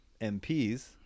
MPs